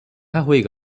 ହୋଇ